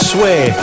Sway